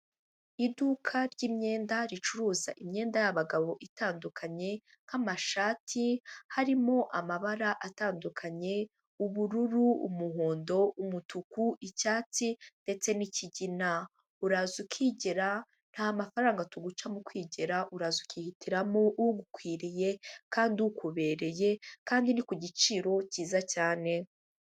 Iduka ry'imyenda ricuruza imyenda y'abagabo itandukanye, nk'amashati harimo amabara atandukanye ubururu umuhondo umutuku icyatsi ndetse n'kigina, uraza ukigera nta mafaranga tuguca mu kwigera uraza ukihitiramo ugukwiriye kandi ukubereye kandi ni ku giciro cyiza cyane.